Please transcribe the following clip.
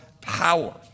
power